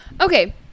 okay